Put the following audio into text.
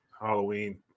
Halloween